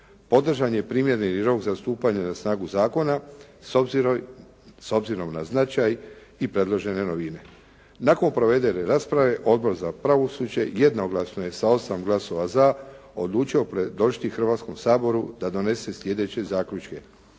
Podržan je primjereni rok za stupanje na snagu zakona s obzirom na značaj i predložene novine. Nakon provedene rasprave Odbor za pravosuđe jednoglasno je sa 8 glasova za odlučio predočiti Hrvatskom saboru da donese sljedeće zaključke: